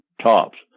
tops